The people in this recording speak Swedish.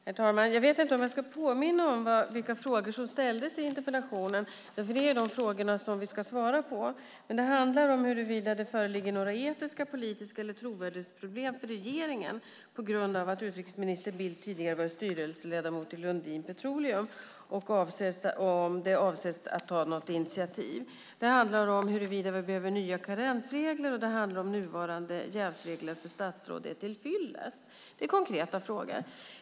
Herr talman! Jag kanske ska påminna om vilka frågor som ställdes i interpellationen. Det är ju de frågorna jag ska svara på. Det handlar om huruvida det föreligger några etiska eller politiska problem eller trovärdighetsproblem för regeringen på grund av att utrikesminister Bildt tidigare varit styrelseledamot i Lundin Petroleum och om det avses tas några initiativ. Interpellationen handlar om huruvida vi behöver nya karensregler och om huruvida nuvarande jävsregler för statsråd är till fyllest. Det är konkreta frågor.